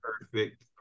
perfect